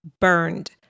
burned